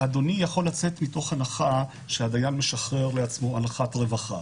אדוני יכול לצאת מנקודת הנחה שהדיין משחרר לעצמו אנחת רווחה,